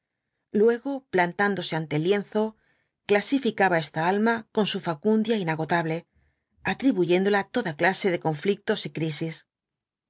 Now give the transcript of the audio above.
luego plantándose ante el lienzo clasificaba esta alma con su facundia inagotable atribuyéndola toda clase de conflictos y crisis